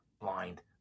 blind